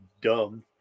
dumb